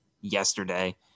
yesterday